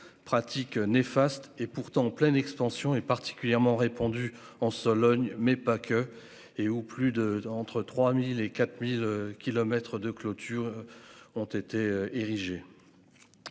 Pratiques néfastes et pourtant en pleine expansion est particulièrement répandu en Sologne mais pas que. Et au plus de entre 3000 et 4000 kilomètres de clôtures. Ont été érigés.